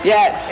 Yes